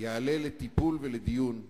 יעלה לטיפול ולדיון בכנסת.